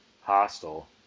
hostile